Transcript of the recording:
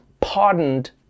pardoned